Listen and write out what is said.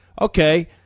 okay